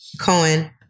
Cohen